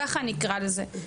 ככה אני אקרא לזה.